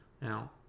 Now